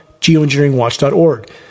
geoengineeringwatch.org